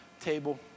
table